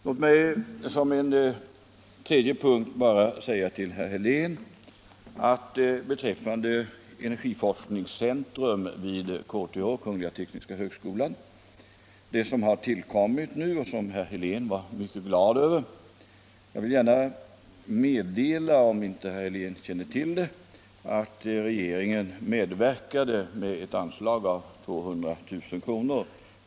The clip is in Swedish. Låt mig som en tredje punkt här säga till herr Helén att jag beträffande det energiforskningscentrum vid KTH — kungl. tekniska högskolan — som nu har tillkommit och som herr Helén är mycket glad över, gärna vill meddela honom, ifall han inte känner till det, att regeringen medverkade med ett anslag av 200 000 kr.